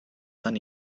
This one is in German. seine